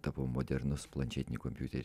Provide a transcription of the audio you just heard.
tapau modernus planšetinį kompiuterį